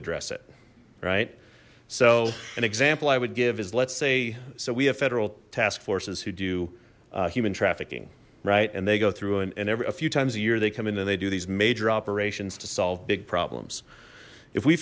address it right so an example i would give is let's say so we have federal task forces who do human trafficking right and they go through and a few times a year they come in and they do these major operations to solve big problems if we